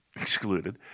excluded